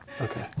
Okay